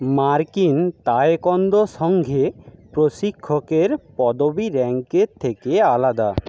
মার্কিন তায়কোয়ান্দো সংঘে প্রশিক্ষকের পদবি র্যাঙ্কের থেকে আলাদা